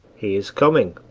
he is coming.